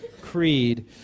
Creed